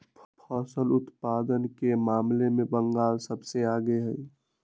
फसल उत्पादन के मामले में बंगाल सबसे आगे हई